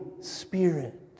Spirit